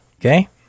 Okay